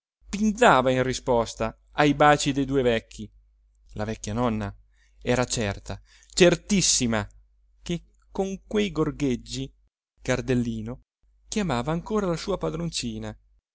pinzava in risposta ai baci dei due vecchi la vecchia nonna era certa certissima che con quei gorgheggi il cardellino chiamava ancora la sua padroncina